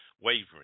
wavering